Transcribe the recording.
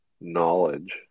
knowledge